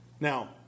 Now